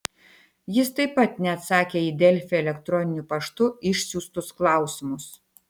jis taip pat neatsakė į delfi elektroniniu paštu išsiųstus klausimus